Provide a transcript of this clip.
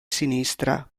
sinistra